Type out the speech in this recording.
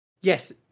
Yes